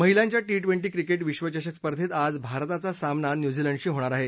महिलांच्या T twenty cricket विश्वचषक स्पर्धेत आज भारताचा सामना न्यूझीलंडशी होणार आहे